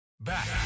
Back